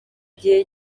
gihe